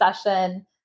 session